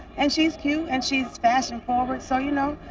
and she's cute, and she's fashion-forward, so, you know,